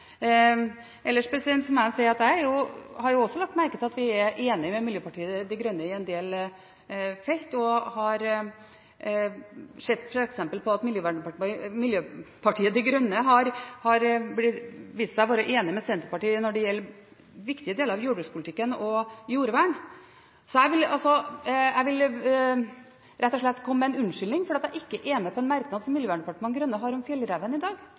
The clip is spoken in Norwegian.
må fortsette. Ellers må jeg si at jeg også har lagt merke til at vi er enig med Miljøpartiet De Grønne på en del felt, og har sett eksempler på at Miljøpartiet De Grønne har vært enig med Senterpartiet når det gjelder viktige deler av jordbrukspolitikken og jordvern. Jeg vil rett og slett komme med en unnskyldning for at jeg ikke er med på en merknad som Miljøpartiet De Grønne har om fjellreven i dag.